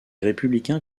républicains